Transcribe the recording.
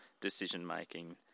decision-making